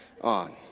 on